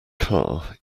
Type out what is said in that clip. car